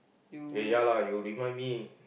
eh ya lah you remind me